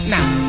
Now